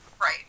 right